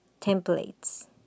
templates